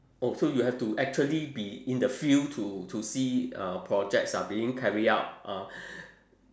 oh so you have to actually be in the field to to see uh projects are being carried out uh